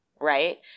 right